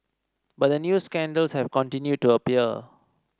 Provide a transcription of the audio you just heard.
but new scandals have continued to appear